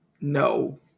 No